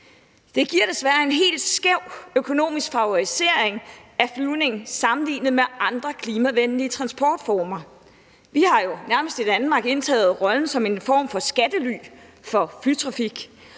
Det giver desværre en helt skæv økonomisk favorisering af flyvning sammenlignet med andre klimavenlige transportformer. Vi har jo nærmest i Danmark indtaget rollen som en form for skattely for flytrafik